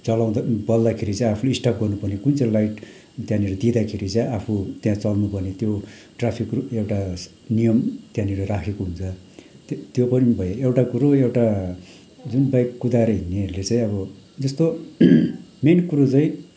चलाउँदा बल्दाखेरि चाहिँ आफूले स्टप गर्नुपर्ने कुन चाहिँ लाइट त्यहाँनिर दिँदाखेरि चाहिँ आफू त्यहाँ चल्नु पर्ने त्यो ट्राफिक रु एउटा सि नियम त्यहाँनिर राखेको हुन्छ त्य् त्यो पनि भयो एउटा कुरो एउटा जुन बाइक कुदाएर हिँड्नेहरूले चाहिँ अब जस्तो मेन कुरो चाहिँ